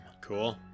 Cool